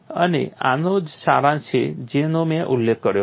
અને આનો જ સારાંશ છે જેનો મેં ઉલ્લેખ કર્યો હતો